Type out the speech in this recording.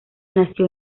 nació